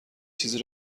چیزی